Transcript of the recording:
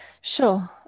sure